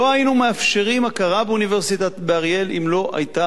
לא היינו מאפשרים הכרה באוניברסיטת אריאל אם היא לא היתה